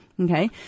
Okay